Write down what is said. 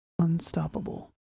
Unstoppable